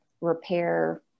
repair